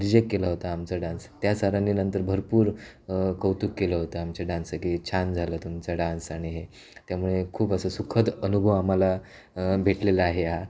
reject केला होता आमचा डान्स त्या सरांनी नंतर भरपूर कौतुक केलं होतं आमच्या डान्सचं की छान झालं तुमचा डान्स आणि हे त्यामुळे खूप असं सुखद अनुभव आम्हाला भेटलेला आहे हा